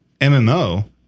MMO